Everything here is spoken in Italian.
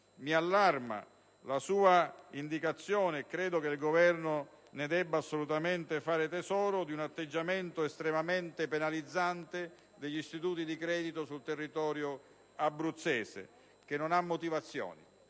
senatore Lannutti - e credo che il Governo ne debba assolutamente fare tesoro - di un atteggiamento estremamente penalizzante degli istituti di credito sul territorio abruzzese, atteggiamento che non ha motivazioni.